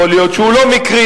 יכול להיות שהוא לא מקרי,